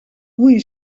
goede